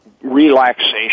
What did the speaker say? relaxation